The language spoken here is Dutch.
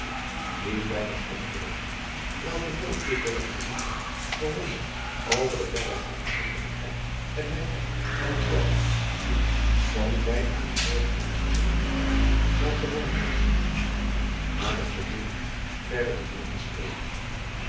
iet weinig stond welke nooit dit dorp gezien had verwonderd driaan oosjes zn et leven van illegonda uisman over de verregaande zindelijkheid en netheid van hetzelve die schoon zij aan de oordhollandsche zindelijkheid wel gewoon was hare verbeelding verre te boven